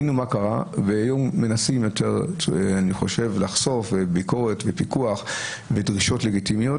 היום מנסים יותר לחשוף ויותר ביקורת ופיקוח ודרישות לגיטימיות.